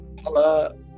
Hello